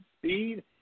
speed